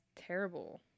terrible